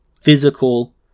physical